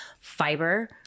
fiber